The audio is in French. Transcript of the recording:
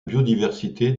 biodiversité